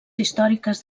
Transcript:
històriques